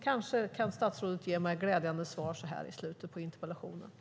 Kanske kan ministern ge mig glädjande svar så här i slutet av interpellationsdebatten.